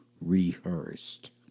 rehearsed